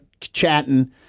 chatting